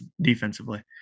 defensively